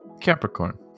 Capricorn